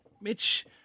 Mitch